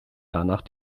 danach